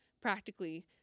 practically